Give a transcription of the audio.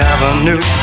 Avenue